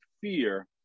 fear